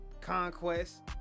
conquest